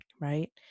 right